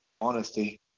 Honesty